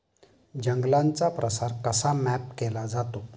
जंगलांचा प्रसार कसा मॅप केला जातो?